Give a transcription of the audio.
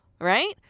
right